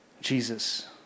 Jesus